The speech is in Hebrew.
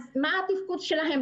אז מה התפקוד שלהם?